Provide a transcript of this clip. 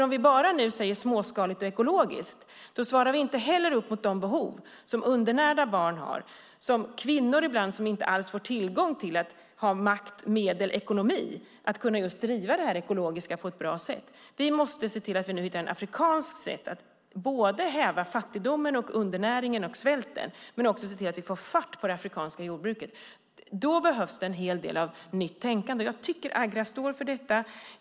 Om vi bara talar om småskaligt och ekologiskt svarar vi inte heller upp mot de behov som undernärda barn har och som kvinnor ibland har när de inte får tillgång till makt, medel och ekonomi att kunna driva det ekologiska på ett bra sätt. Vi måste se till att vi nu hittar ett afrikanskt sätt att både häva fattigdomen, undernäringen och svälten och se till att vi får fart på det afrikanska jordbruket. Då behövs en hel del av nytt tänkande, och jag tycker att Agra står för detta.